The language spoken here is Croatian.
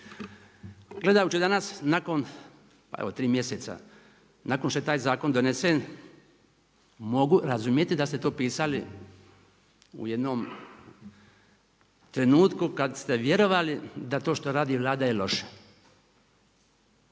Gledajući danas nakon tri mjeseca, nakon što je taj zakon donesen mogu razumjeti da ste to pisali u jednom trenutku kada ste vjerovali da to što radi Vlada je loše.